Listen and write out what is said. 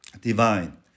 divine